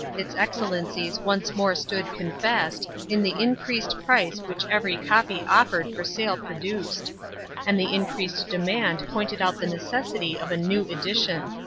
its excellencies once more stood confessed, in the increased price which every copy offered for sale produced and the increased demand pointed out the necessity of a new edition.